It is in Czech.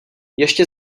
ještě